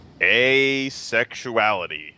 Asexuality